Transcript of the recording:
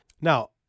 Now